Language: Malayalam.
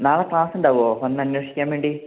നാളെ ക്ലാസ് ഉണ്ടാവുമോ വന്ന് അന്വേഷിക്കാൻ വേണ്ടി